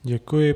Děkuji.